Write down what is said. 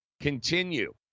continue